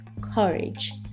courage